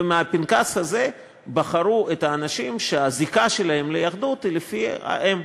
ומהפנקס הזה בחרו את האנשים שהזיקה שלהם ליהדות היא לפי האם,